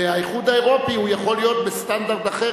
והאיחוד האירופי יכול להיות בסטנדרט אחר,